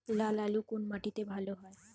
লাল আলু কোন মাটিতে ভালো হয়?